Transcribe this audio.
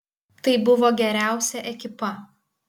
tai buvo geriausia ekipa